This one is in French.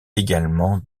également